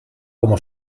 como